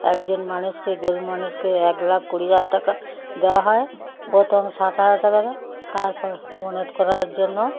একজন মানুষকে গরীব মানুষকে এক লাখ কুড়ি হাজার টাকা দেওয়া হয় প্রথমে ষাট হাজার টাকা দেওয়া হয় তারপর করার জন্য